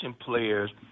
players